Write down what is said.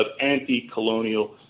anti-colonial